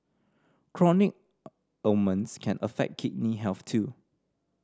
chronic ailments can affect kidney health too